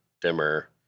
dimmer